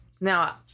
Now